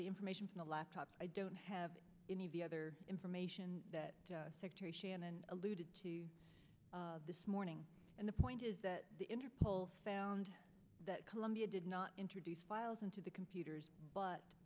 the information on the laptop i don't have any of the other information that secretary shannon alluded to this morning and the point is that the interpol found that columbia did not introduce files into the computers but